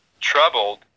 troubled